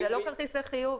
כי זה לא כרטיסי חיוב.